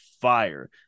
fire